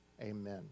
Amen